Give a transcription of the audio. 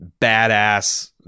badass